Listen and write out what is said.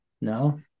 No